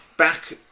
Back